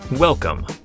Welcome